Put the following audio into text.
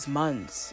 months